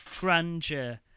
grandeur